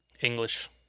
English